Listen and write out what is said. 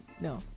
No